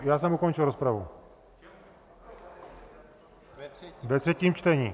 Já jsem ukončil rozpravu ve třetím čtení.